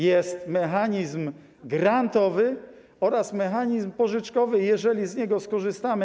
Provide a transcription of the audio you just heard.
Jest mechanizm grantowy oraz mechanizm pożyczkowy, jeżeli z niego skorzystamy.